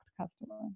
customer